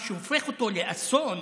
מה שהופך אותה לאסון